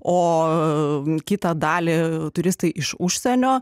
o kitą dalį turistai iš užsienio